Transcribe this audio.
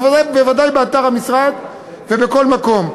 אבל בוודאי באתר המשרד ובכל מקום.